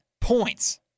points